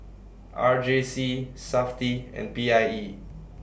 R J C Safti and P I E